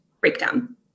breakdown